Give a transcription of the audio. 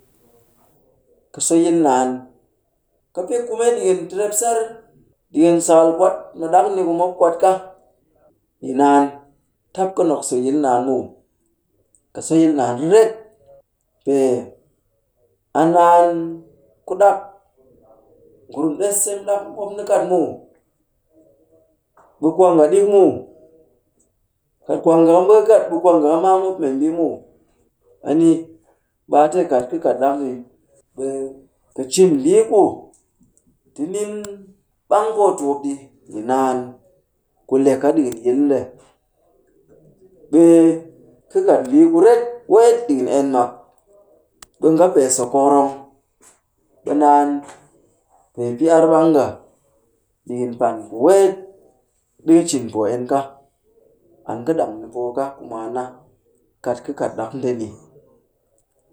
Ka so yil naan. Ka pɨ kume ɗikin trepsar ɗikin sakal kwat mu ɗak ni ku mop kwat ka yi naan. Tap ka nok soyil naan muw. Ka soyil naan riret. Pee a naan ku ɗak. Ngurum ɗess seng ɗak mop ni kat muw. Ɓe kwaanga ɗik muw. Kat kwaanga ka mbaa ka kat, ɓe kwaanga ka maa mop membii muw. A ni ɓe a te kat ka kat ɗak ni, ɓe ka cin mbii ku ti nin ɓang poo tukup ni yi naan ku le ka ɗikin yil nde. Ɓe ka kat mbii kuret wee ɗikin em mak. Ɓe nga pee so kokorong. Ɓe naan pee pɨ ar ɓang nga ɗikin pan ku weet ɗi kɨ cin poo en ka. An kɨ ɗang ni poo ka ku mwaan na, kat ka kat ɗak ndeni.